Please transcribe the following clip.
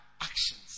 actions